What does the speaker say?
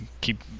keep